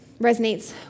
resonates